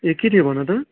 ए के थियो भन त